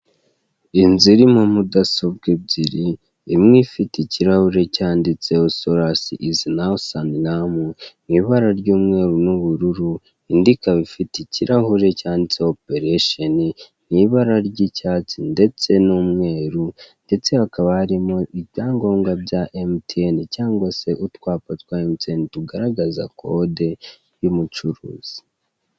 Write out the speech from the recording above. Inzu irimo mudasobwa ebyiri, imwe ifite ikirahure cyanditseho solasi izi nawu Sanilamu, mu ibara ry'umweru n'ubururu, indi ikaba ifite ikirahure cyanditseho operesheni, mu ibara ry'icyatsi ndetse n'umweru, ndetse hakaba harimo ibyangombwa bya emutiyeni cyangwa se utwapa twa emutiyeni, tugaragaza kode y'umucuruzi.